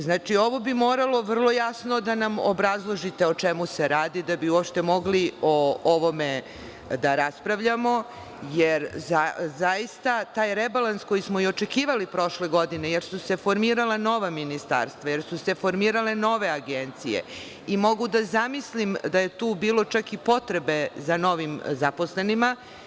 Znači, ovo bi moralo vrlo jasno da nam obrazložite o čemu se radi, da bi uopšte mogli o ovome da raspravljamo, jer zaista taj rebalans koji smo i očekivali prošle godine, jer su se formirala nova ministarstva, jer su se formirale nove agencije i mogu da zamislim da je tu bili čak i potrebe za novim zaposlenima.